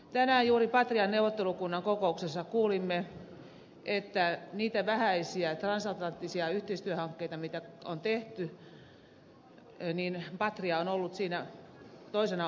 tänään juuri patrian neuvottelukunnan kokouksessa kuulimme että niissä vähäisissä transatlanttisissa yhteistyöhankkeissa mitä on tehty patria on ollut toisena osapuolena